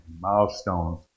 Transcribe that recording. milestones